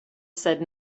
said